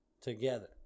together